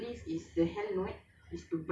I heard from some people like that